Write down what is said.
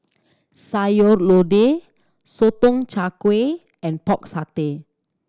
Sayur Lodeh Sotong Char Kway and Pork Satay